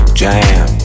jam